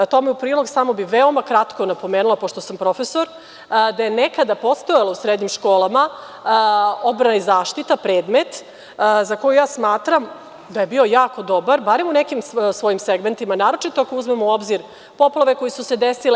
Tome u prilog samo bih veoma kratko napomenula, pošto sam profesor, da je nekada postojala u srednjim školama odbrana i zaštita, predmet, za koji ja smatram da je bio jako dobar, barem u nekim svojim segmentima, naročito ako uzmemo u obzir poplave koje su se desile.